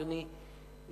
אדוני,